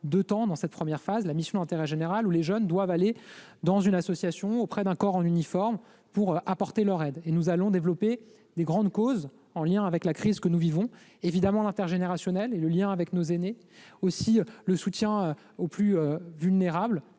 deux temps et, dans le cadre de la mission d'intérêt général, les jeunes doivent aller dans une association ou auprès d'un corps en uniforme pour apporter leur aide. Nous développerons de grandes causes, en lien avec la crise que nous vivons. Bien évidemment, l'intergénérationnel et le lien avec nos aînés, ainsi que le soutien aux plus vulnérables